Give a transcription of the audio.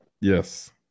Yes